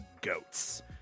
goats